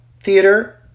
theater